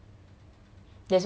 precisely